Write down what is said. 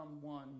one